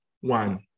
One